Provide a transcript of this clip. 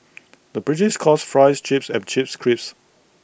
the British calls Fries Chips and Chips Crisps